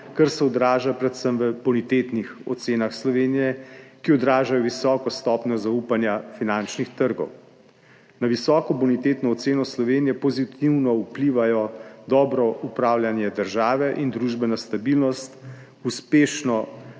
kar se odraža predvsem v bonitetnih ocenah Slovenije, ki odražajo visoko stopnjo zaupanja finančnih trgov. Na visoko bonitetno oceno Slovenije pozitivno vplivajo dobro upravljanje države in družbena stabilnost, uspešno